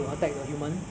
it is